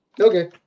Okay